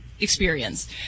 experience